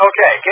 Okay